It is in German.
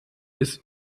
ist